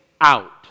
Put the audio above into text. out